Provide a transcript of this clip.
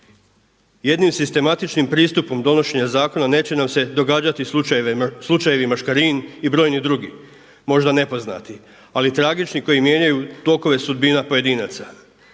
Jednim sistematičnim pristupom donošenja zakona neće nam se događati slučajevi Maškarin i brojni drugi možda nepoznati. Ali tragični koji mijenjaju tokove sudbina pojedinaca.